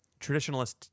traditionalist